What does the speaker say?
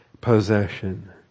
possession